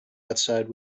outside